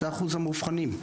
זה אחוז המאובחנים.